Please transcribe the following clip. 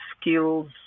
skills